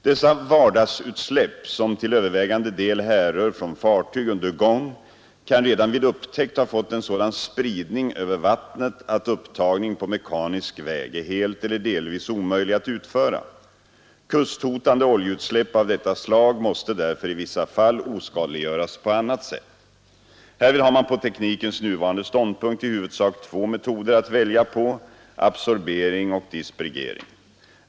Dessa ”vardagsutsläpp”, som till övervägande del härrör från fartyg under gång, kan redan vid upptäckt ha fått en sådan spridning över vattnet att upptagning på mekanisk väg är helt eller delvis omöjlig att utföra. Kusthotande oljeutsläpp av detta slag måste därför i vissa fall oskadliggöras på annat sätt. Härvid har man på teknikens nuvarande ståndpunkt i huvudsak två metoder att välja på: absorbering och dispergering.